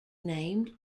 named